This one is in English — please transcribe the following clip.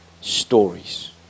stories